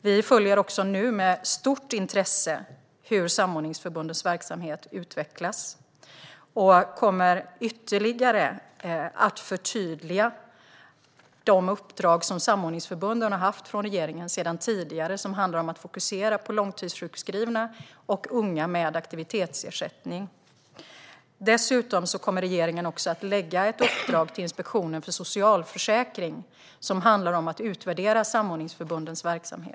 Vi följer också nu med stort intresse hur samordningsförbundens verksamhet utvecklas och kommer ytterligare att förtydliga de uppdrag från regeringen som samordningsförbunden sedan tidigare har haft. Det har handlat om att fokusera på långtidssjukskrivna och på unga med aktivitetsersättning. Dessutom kommer regeringen att ge ett uppdrag till Inspektionen för socialförsäkringen om att utvärdera samordningsförbundens verksamhet.